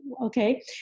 okay